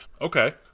okay